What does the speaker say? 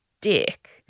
dick